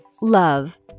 Love